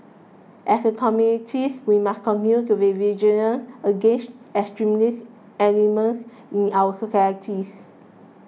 as a communities we must continue to be vigilant against extremist elements in our societies